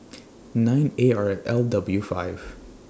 nine A R L W five